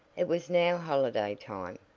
it was now holiday time,